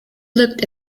looked